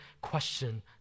question